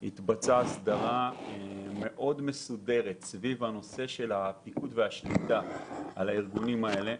התבצעה הסדרה רצינית לגבי הפו"ש של הארגונים הללו.